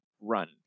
run